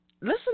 listen